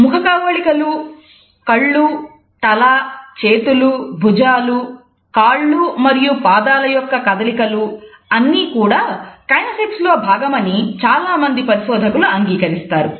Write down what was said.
ముఖకవళికలు కళ్ళు తల చేతులు భుజాలు కాళ్లు మరియు పాదాల యొక్క కదలికలు అన్నీ కూడా కైనేసిక్స్ లో భాగమని చాలా మంది పరిశోధకులు అంగీకరిస్తారు